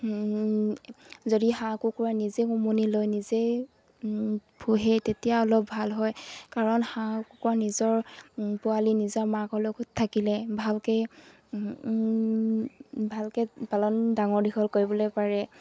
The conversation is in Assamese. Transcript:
যদি হাঁহ কুকুৰা নিজে উমনি লয় নিজেই ভুহে তেতিয়া অলপ ভাল হয় কাৰণ হাঁহ কুকুৰা নিজৰ পোৱালি নিজৰ মাকৰ লগত থাকিলে ভালকৈ ভালকৈ পালন ডাঙৰ দীঘল কৰিবলৈ পাৰে